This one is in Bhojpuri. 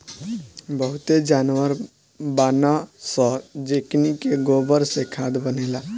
बहुते जानवर बानअ सअ जेकनी के गोबर से खाद बनेला